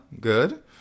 good